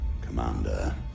Commander